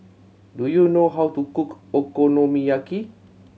do you know how to cook Okonomiyaki